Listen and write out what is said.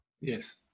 Yes